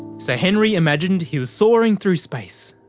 so henry imagined he was soaring through space.